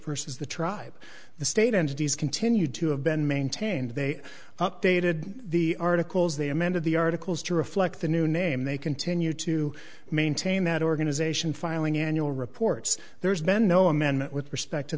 versus the tribe the state entities continue to have been maintained they updated the articles they amended the articles to reflect the new name they continue to maintain that organization filing in your reports there's been no amendment with respect to